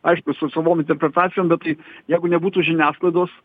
aišku su savom interpretacijom bet tai jeigu nebūtų žiniasklaidos